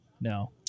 No